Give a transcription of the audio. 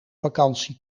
vakantie